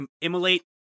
immolate